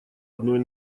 одной